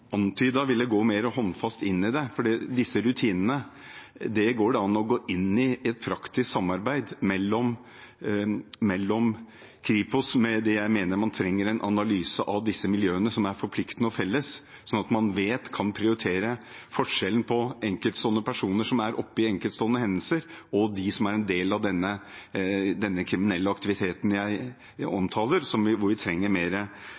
ville gå mer håndfast inn i det – for disse rutinene går det an å gå inn i, i et praktisk samarbeid med Kripos. Med det mener jeg at man trenger en analyse av disse miljøene som er forpliktende og felles, sånn at man vet man kan prioritere forskjellen på enkeltstående personer som er oppe i enkeltstående hendelser, og dem som er en del av denne kriminelle aktiviteten jeg omtaler, hvor vi trenger